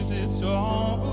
it's all